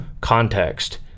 context